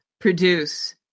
produce